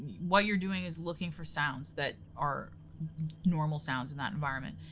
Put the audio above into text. what you're doing is looking for sounds that aren't normal sounds in that environment.